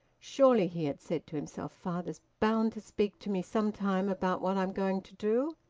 surely, he had said to himself father's bound to speak to me sometime about what i'm going to do,